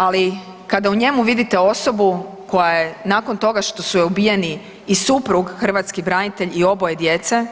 Ali kada u njemu vidite osobu koja je nakon toga što su joj ubijeni i suprug hrvatski branitelj i oboje djece